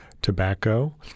tobacco